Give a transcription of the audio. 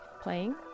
playing